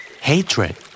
Hatred